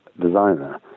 designer